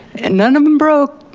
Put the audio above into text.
and none of them broke,